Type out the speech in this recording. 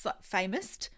famous